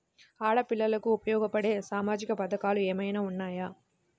ఆడపిల్లలకు ఉపయోగపడే సామాజిక పథకాలు ఏమైనా ఉన్నాయా?